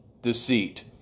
deceit